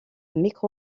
micro